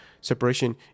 separation